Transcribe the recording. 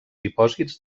dipòsits